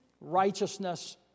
righteousness